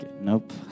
Nope